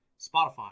Spotify